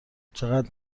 چقدر